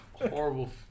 Horrible